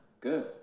Good